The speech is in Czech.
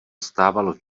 stávalo